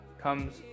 Comes